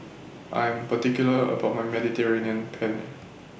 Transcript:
I Am particular about My Mediterranean Penne